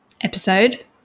episode